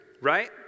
right